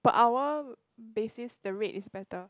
per hour basis the rate is better